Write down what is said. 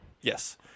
yes